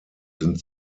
sind